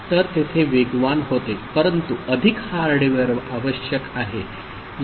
तर तेथे वेगवान होते परंतु अधिक हार्डवेअर आवश्यक आहे